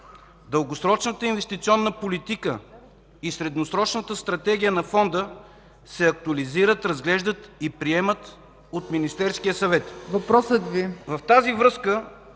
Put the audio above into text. дългосрочната инвестиционна политика и средносрочната стратегия на Фонда се актуализират, разглеждат и приемат от Министерския съвет. ПРЕДСЕДАТЕЛ